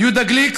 יהודה גליק,